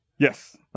Yes